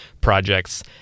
projects